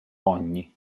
ogni